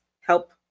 help